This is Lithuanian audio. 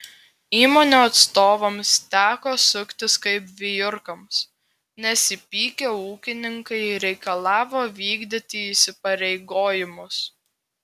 įmonių atstovams teko suktis kaip vijurkams nes įpykę ūkininkai reikalavo vykdyti įsipareigojimus